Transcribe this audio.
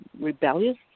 rebellious